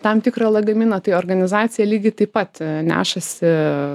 tam tikrą lagaminą tai organizacija lygiai taip pat nešasi